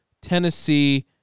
Tennessee